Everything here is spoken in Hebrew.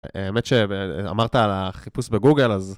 האמת שאמרת על החיפוש בגוגל, אז...